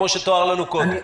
כמו שתואר לנו קודם.